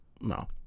No